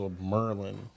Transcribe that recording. Merlin